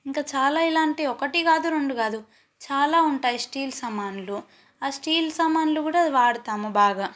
ఇంకా చాలా ఇలాంటి ఒకటి కాదు రెండు కాదు చాలా ఉంటాయి స్టీల్ సామాన్లు ఆ స్టీల్ సామాన్లు కూడా వాడుతాము బాగా